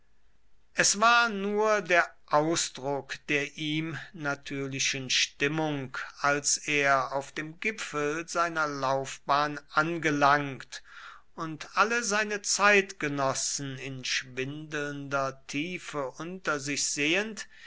es war nur der ausdruck der ihm natürlichen stimmung als er auf dem gipfel seiner laufbahn angelangt und alle seine zeitgenossen in schwindelnder tiefe unter sich sehend